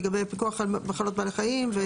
לגבי פיקוח על מחלות בעלי חיים?